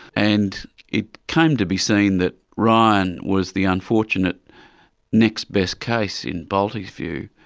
and it came to be seen that ryan was the unfortunate next best case in bolte's view,